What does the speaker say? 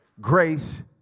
Grace